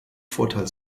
vorteil